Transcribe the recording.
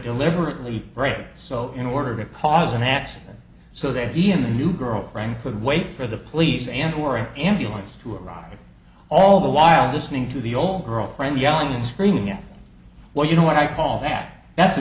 deliberately so in order to cause an accident so that he and the new girlfriend could wait for the police and or an ambulance to arrive all the while listening to the old girlfriend yelling screaming at well you know what i call that that's a